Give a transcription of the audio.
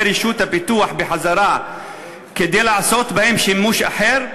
רשות הפיתוח בחזרה כדי לעשות בהם שימוש אחר,